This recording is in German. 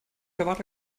erwarte